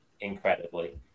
incredibly